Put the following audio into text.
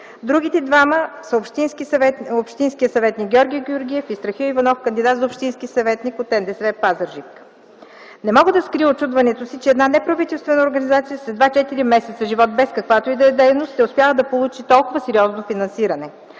Другите двама са общинският съветник Георги Георгиев и Страхил Иванов – кандидат за общински съветник от НДСВ – Пазарджик. Не мога да скрия учудването си, че една неправителствена организация с едва четири месеца живот, без каквато и да е дейност, е успяла да получи толкова сериозно финансиране.